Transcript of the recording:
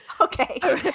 Okay